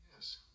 Yes